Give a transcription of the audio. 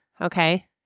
okay